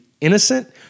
innocent